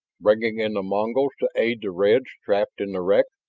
bringing in the mongols to aid the reds trapped in the wreck?